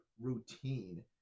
routine